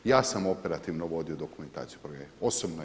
Ja sam operativno vodio dokumentaciju projekta, osobno ja.